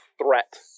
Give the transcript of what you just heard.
threat